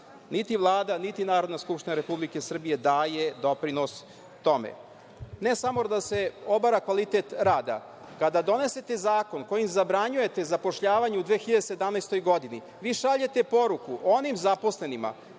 niti Vlada, niti Narodna skupština Republike Srbije daju doprinos tome. Ne samo da se obara kvalitet rada, kada donesete zakon kojim zabranjujete zapošljavanje u 2017. godini, vi šaljete poruku onim zaposlenima